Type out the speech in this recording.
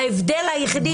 ההבדל היחיד,